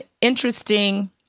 interesting